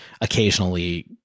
occasionally